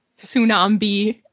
Tsunami